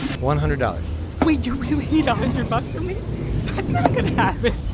one hundred dollars wait you really need a hundred bucks from me? that's not going to happen.